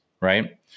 right